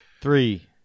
Three